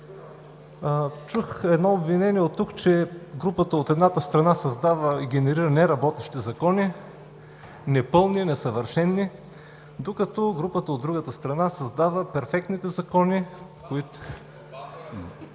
Чух едно обвинение оттук, че групата от едната страна създава и генерира неработещи закони, непълни, несъвършени, докато групата от другата страна създава перфектните закони, които…